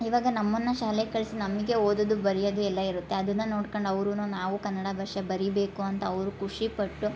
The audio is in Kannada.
ಇವಾಗ ನಮ್ಮನ್ನು ಶಾಲೆಗೆ ಕಳಿಸಿ ನಮಗೆ ಓದೋದು ಬರಿಯೋದು ಎಲ್ಲ ಇರುತ್ತೆ ಅದುನ್ನು ನೋಡ್ಕಂಡು ಅವ್ರೂ ನಾವೂ ಕನ್ನಡ ಭಾಷೆ ಬರಿಬೇಕು ಅಂತ ಅವರೂ ಖುಷಿಪಟ್ಟು